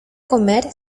comer